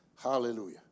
Hallelujah